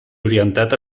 orientat